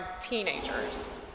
teenagers